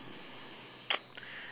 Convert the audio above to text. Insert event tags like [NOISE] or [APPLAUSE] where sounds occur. [NOISE]